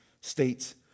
states